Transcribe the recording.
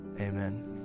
Amen